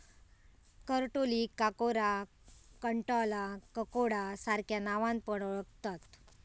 करटोलीक काकोरा, कंटॉला, ककोडा सार्ख्या नावान पण ओळाखतत